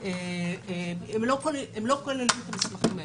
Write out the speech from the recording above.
הם לא כוללים את המסמכים האלה.